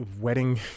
wedding